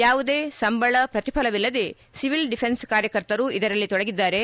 ಯಾವುದೇ ಸಂಬಳ ಪ್ರತಿಫಲವಿಲ್ಲದೆ ಸಿವಿಲ್ ಡಿಫೆನ್ಸ್ ಕಾರ್ಯಕರ್ತರು ಇದರಲಿ ತೊಡಗಿದ್ದಾರೆ